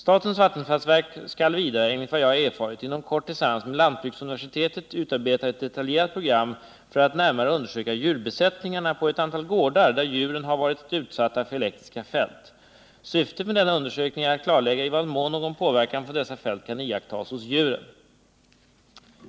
Statens vattenfallsverk skall vidare, enligt vad jag har erfarit, inom kort tillsammans med Lantbruksuniversitetet utarbeta ett detaljerat program för att närmare undersöka djurbesättningarna på ett antal gårdar, där djuren har varit utsatta för elektriska fält. Syftet med denna undersökning är att klarlägga i vad mån någon påverkan från dessa fält kan iakttagas hos djuren.